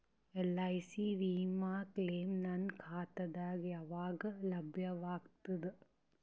LIC ವಿಮಾ claim ನನ್ನ ಖಾತಾಗ ಯಾವಾಗ ಲಭ್ಯವಾಗತದ?